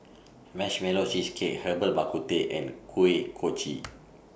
Marshmallow Cheesecake Herbal Bak Ku Teh and Kuih Kochi